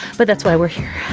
but that's why we're here.